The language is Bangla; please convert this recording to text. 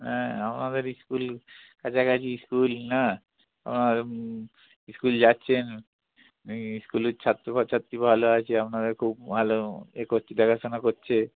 হ্যাঁ আপনাদের স্কুল কাছাকাছি স্কুল না স্কুল যাচ্ছেন এই স্কুলের ছাত্র বা ছাত্রী ভালো আছে আপনাদের খুব ভালো এ করছে দেখাশোনা করছে